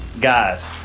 guys